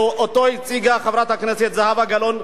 שהציגה חברת הכנסת זהבה גלאון,